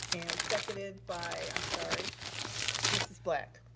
and seconded by, i'm sorry. mrs. black. mrs. black,